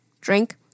drink